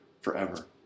forever